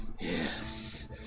Yes